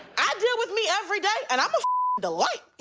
i deal with me every day and i'm a delight.